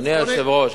אדוני היושב-ראש,